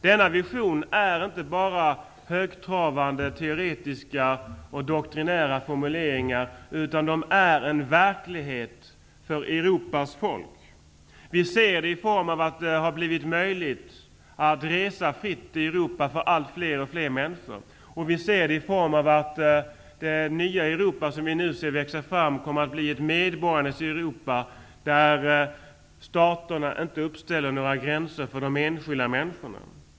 Denna vision består inte bara av högtravande teoretiska och doktrinära formuleringar, utan den är en verklighet för Europas folk. Vi ser det i form av att det har blivit möjligt för allt fler människor att resa fritt i Europa. Vi ser det också i form av att det nya Europa som nu växer fram kommer att bli ett medborgarnas Europa, där staterna inte uppställer några gränser för de enskilda människorna.